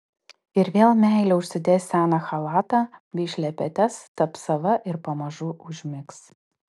ir vėl meilė užsidės seną chalatą bei šlepetes taps sava ir pamažu užmigs